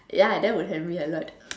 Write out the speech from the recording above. ya that would help me a lot